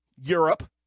Europe